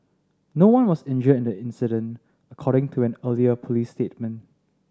no one was injured in the incident according to an earlier police statement